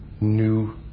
new